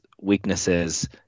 weaknesses